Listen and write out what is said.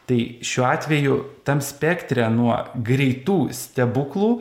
tai šiuo atveju tam spektre nuo greitų stebuklų